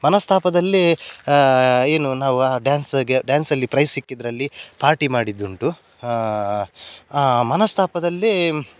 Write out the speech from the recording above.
ಮನಸ್ತಾಪದಲ್ಲೇ ಏನು ನಾವು ಆ ಡ್ಯಾನ್ಸ್ಗೆ ಡ್ಯಾನ್ಸಲ್ಲಿ ಪ್ರೈಝ್ ಸಿಕ್ಕಿದ್ದರಲ್ಲಿ ಪಾರ್ಟಿ ಮಾಡಿದ್ದುಂಟು ಆ ಮನಸ್ತಾಪದಲ್ಲೇ